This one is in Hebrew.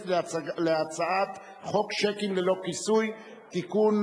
הצעת חוק שיקים ללא כיסוי (תיקון,